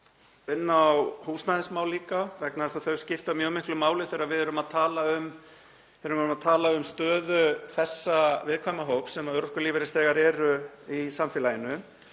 inn á húsnæðismál líka vegna þess að þau skipta mjög miklu máli þegar við erum að tala um stöðu þessa viðkvæma hóps sem örorkulífeyrisþegar eru í samfélaginu.